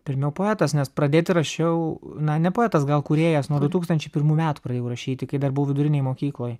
pirmiau poetas nes pradėti rašiau na ne poetas gal kūrėjas nuo du tūkstančiai pirmų metų pradėjau rašyti kai dar buvau vidurinėj mokykloj